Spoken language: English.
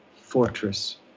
Fortress